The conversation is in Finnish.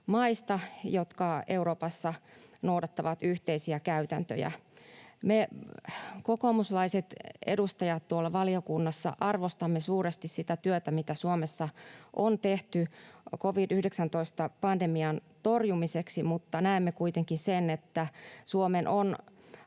maista, jotka Euroopassa noudattavat yhteisiä käytäntöjä. Me kokoomuslaiset edustajat tuolla valiokunnassa arvostamme suuresti sitä työtä, mitä Suomessa on tehty covid-19-pandemian torjumiseksi, mutta näemme kuitenkin sen, että Suomen on